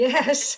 Yes